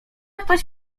ktoś